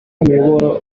miyoboro